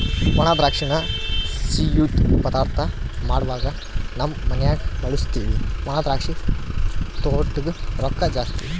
ಒಣದ್ರಾಕ್ಷಿನ ಸಿಯ್ಯುದ್ ಪದಾರ್ಥ ಮಾಡ್ವಾಗ ನಮ್ ಮನ್ಯಗ ಬಳುಸ್ತೀವಿ ಒಣದ್ರಾಕ್ಷಿ ತೊಟೂಗ್ ರೊಕ್ಕ ಜಾಸ್ತಿ